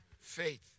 faith